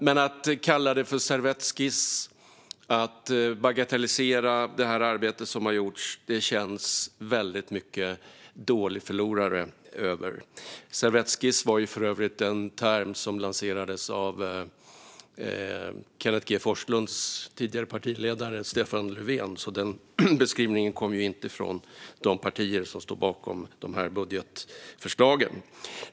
Men det känns väldigt mycket som att man är en dålig förlorare när man kallar detta en servettskiss och bagatelliserar det arbete som har gjorts. Servettskiss var för övrigt den term som lanserades av Kenneth G Forslunds tidigare partiledare, Stefan Löfven. Den beskrivningen kommer alltså inte från de partier som står bakom de budgetförslagen.